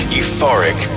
euphoric